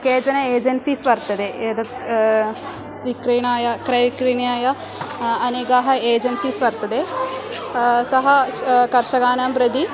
केचन एजेन्सीस् वर्तन्ते एतत् विक्रणाय क्रयक्रीणियाय अनेकाः एजेन्सीस् वर्तते सः कर्षकानां प्रति